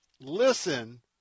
listen